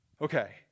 Okay